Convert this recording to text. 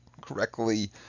correctly